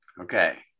Okay